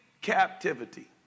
Captivity